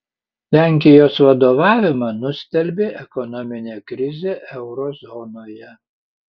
lenkijos vadovavimą nustelbė ekonominė krizė euro zonoje